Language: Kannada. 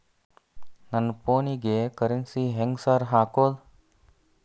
ನನ್ ಫೋನಿಗೆ ಕರೆನ್ಸಿ ಹೆಂಗ್ ಸಾರ್ ಹಾಕೋದ್?